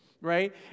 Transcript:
right